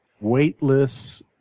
Weightless –